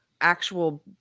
actual